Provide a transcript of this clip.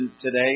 today